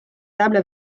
tables